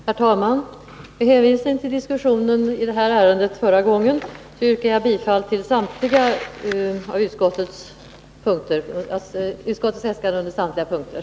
Herr talman! Med hänvisning till diskussionen i det här ärendet då det behandlades förra gången yrkar jag bifall till utskottets hemställan på samtliga punkter.